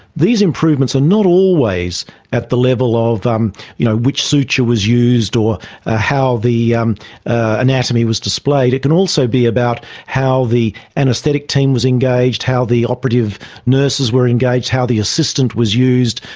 these improvements are not always at the level of you know which suture was used or ah how the um anatomy was displayed, it can also be about how the anaesthetic team was engaged, how the operative nurses were engaged, how the assistant was used,